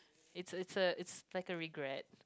it's a it's a it's like a regret